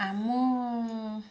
ଆମ